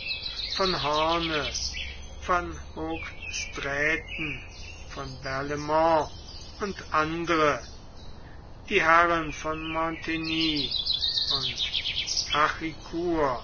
von hoorn von hoogstraaten von barlaimont und andere die herren von montigny und